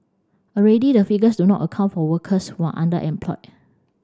already the figures do not account for workers who are underemployed